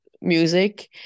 music